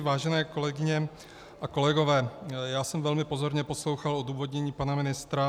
Vážené kolegyně a kolegové, já jsem velmi pozorně poslouchal odůvodnění pana ministra.